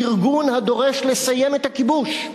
ארגון הדורש לסיים את הכיבוש,